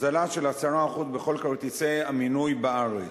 הוזלה של 10% בכל כרטיסי המנוי בארץ,